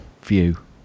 view